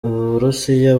uburusiya